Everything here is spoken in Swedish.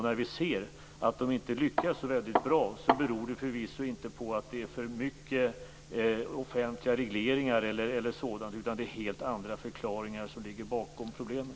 När vi ser att de inte lyckas så bra beror det förvisso inte på att det är för mycket offentliga regleringar eller sådant, utan det är helt andra förklaringar som ligger bakom problemen.